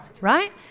right